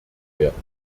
werden